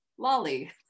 lolly